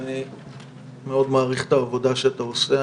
שאני מאוד מעריך את העבודה שאתה עושה,